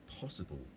possible